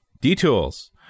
D-Tools